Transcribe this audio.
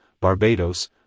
Barbados